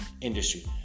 industry